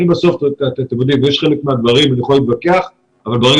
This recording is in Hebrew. על חלק מהדברים אני יכול להתווכח אבל ברגע